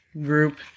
group